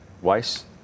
weiss